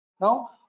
Now